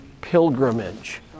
pilgrimage